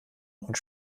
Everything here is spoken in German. und